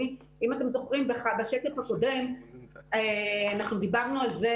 אם אתם זוכרים, בשקף הקודם אנחנו דיברנו על זה